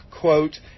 quote